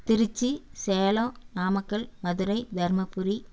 Trichy Salem Namakkal Madurai Dharmapuri